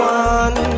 one